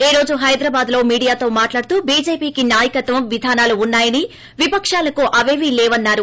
ఈ రోజు హైదరాబాద్లో మీడియాతో మాట్లాడుతూ బీజేపీకి నాయకత్వం విధానాలు ఉన్నాయని విపశాలకు అపేవీ లేవని అన్నారు